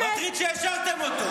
מטריד שהשארתם אותו.